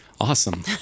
awesome